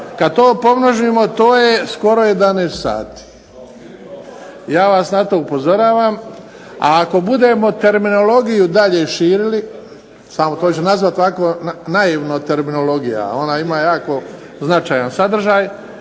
Kada to pomnožimo to je skoro 11 sati. Ja vas na to upozoravam. A ako budemo terminologiju i dalje širili to ću nazvati tako naivno terminologija. Ona ima jako značajan sadržaj